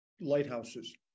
lighthouses